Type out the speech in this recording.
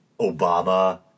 Obama